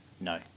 No